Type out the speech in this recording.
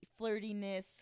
flirtiness